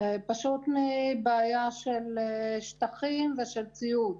פשוט מבעיה של שטחים ושל ציוד.